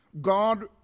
God